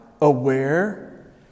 aware